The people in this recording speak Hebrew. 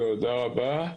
תודה רבה.